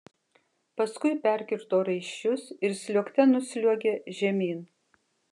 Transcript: paskui perkirto raiščius ir sliuogte nusliuogė žemyn